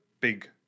big